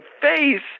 face